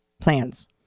plans